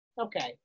okay